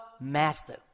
master